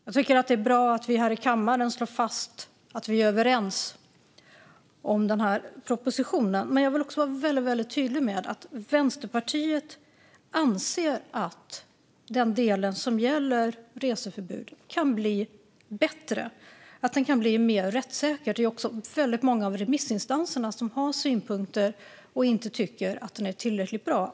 Fru talman! Jag tycker att det är bra att vi här i kammaren slår fast att vi är överens om denna proposition, men jag vill också vara väldigt tydlig med att Vänsterpartiet anser att den del som gäller reseförbud kan bli bättre och mer rättssäker. Det är också väldigt många av remissinstanserna som har synpunkter och som inte tycker att den är tillräckligt bra.